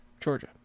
Georgia